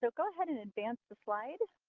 so go ahead and advance the slide.